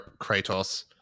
Kratos